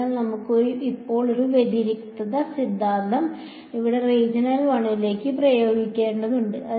അതിനാൽ നമുക്ക് ഇപ്പോൾ ഈ വ്യതിരിക്ത സിദ്ധാന്തം ഇവിടെ റീജിയൻ 1 ലേക്ക് പ്രയോഗിക്കേണ്ടതുണ്ട്